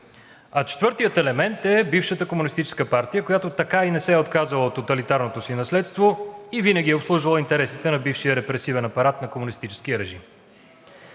А четвъртият елемент е бившата Комунистическа партия, която така и не се е отказала от тоталитарното си наследство и винаги е обслужвала интересите на бившия репресивен апарат на комунистическия режим.